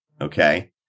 Okay